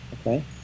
okay